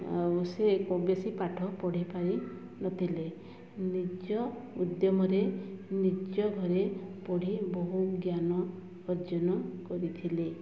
ଆଉ ସେ ବେଶି ପାଠ ପଢ଼ିପାରିନଥିଲେ ନିଜ ଉଦ୍ୟମରେ ନିଜ ଘରେ ପଢ଼ି ବହୁ ଜ୍ଞାନ ଅର୍ଜନ କରିଥିଲେ